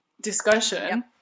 discussion